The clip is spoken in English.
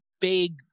big